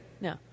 No